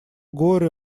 горе